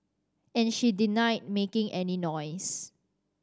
and she denied making any noise